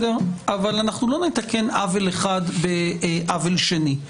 אבל לא נתקן עוול אחד בעוול שני.